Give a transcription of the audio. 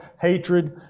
Hatred